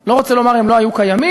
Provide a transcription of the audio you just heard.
לא רוצה לומר, הם לא היו קיימים,